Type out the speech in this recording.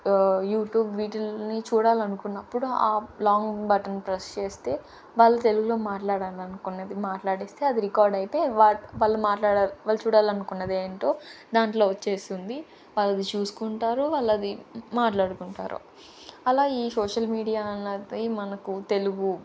YouTube వీటిల్ని చూడాలనుకున్నప్పుడు long button press చేస్తే వాళ్ళు తెలుగులో మాట్లాడాలనుకున్నది మాట్లాడిస్తే అది రికార్డు అయితే వాట్ వాళ్ళు మాట్లాడాలి వాళ్ళు చూడాలనుకున్నదేంటో దాంట్లో వచ్చేస్తుంది వాళ్ళ అది చూసుకుంటారు వాళ్ళ అది మాట్లాడుకుంటారు అలా ఈ సోషల్ మీడియా అనేది మనకు తెలుగు